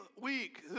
week